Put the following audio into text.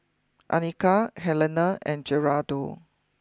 Anika Helena and Geraldo